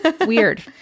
Weird